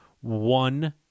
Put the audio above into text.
one